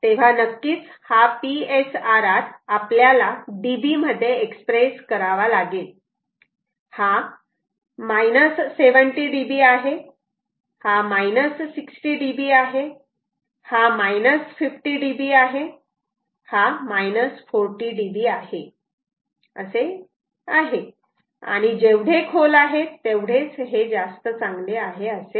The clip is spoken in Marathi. तेव्हा नक्कीच हा PSRR आपल्याला dB मध्ये एक्सप्रेस करावा लागेल हा 70 dB आहे हा 60 dB आहे हा 50 dB आहे हा 40 dB आहे इत्यादी आहे आणि जेवढे खोल आहे तेवढे जास्त चांगले असे